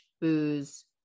booze